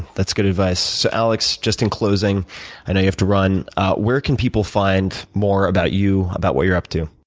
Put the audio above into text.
that's good advice. alex, just in closing i know you have to run where can people find more about you, about what you're up to?